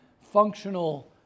Functional